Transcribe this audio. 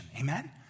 Amen